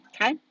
okay